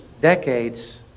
decades